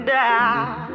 down